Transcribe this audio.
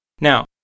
Now